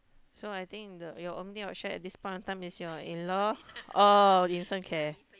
so I think the your only option at this point of time is your in law or infant care